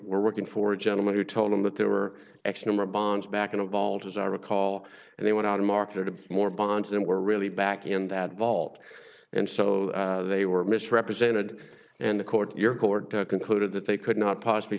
were looking for a gentleman who told them that there were x number of bonds back in the vault as i recall and they went out and marketed more bonds and were really back in that vault and so they were misrepresented and the court your court concluded that they could not possibly